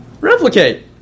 Replicate